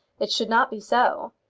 it should not be so.